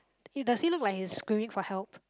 eh does it look like he's screaming for help